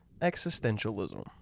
existentialism